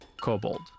kobold